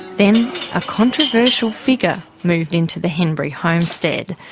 then a controversial figure moved into the henbury homestead.